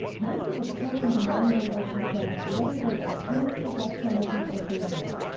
this is a common denominator, she says, whether they oppose the death penalty or favor it.